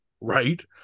Right